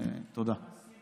אדוני היושב